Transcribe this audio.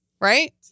Right